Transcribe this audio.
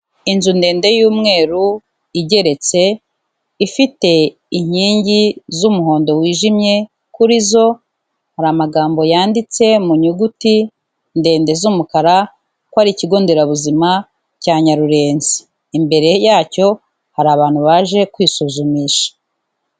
Inzu ndende y'umweru igeretse ifite inkingi z'umuhondo wijimye, kuri zo hari amagambo yanditse mu nyuguti ndende z'umukara ko ari ikigo nderabuzima cya Nyarurenzi, imbere yacyo hari abantu baje kwisuzumisha.